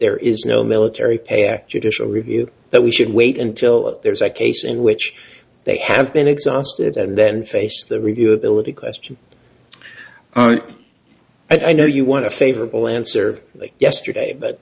there is no military pay act judicial review that we should wait until there's a case in which they have been exhausted and then face the review of billet a question i know you want a favorable answer yesterday but